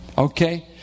Okay